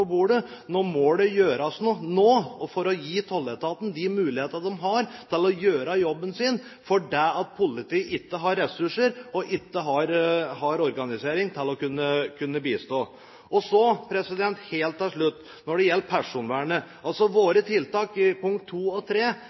gjøres noe for å gi tolletaten de mulighetene de har til å gjøre jobben sin, for politiet har ikke ressurser og har ikke har organisering til å kunne bistå. Helt til slutt når det gjelder personvernet: Våre tiltak i punktene 2 og